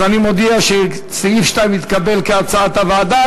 אז אני מודיע שסעיף 2 התקבל כהצעת הוועדה,